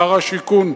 שר השיכון,